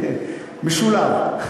משולב.